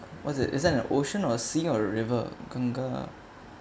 what's it is that an ocean or a sea or a river kangkar